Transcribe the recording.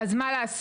אז מה לעשות?